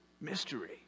mystery